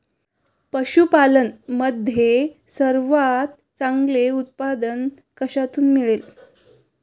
पशूपालन मध्ये सर्वात चांगले उत्पादन कशातून मिळते?